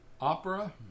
Opera